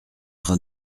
train